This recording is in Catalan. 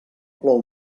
plou